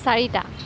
চাৰিটা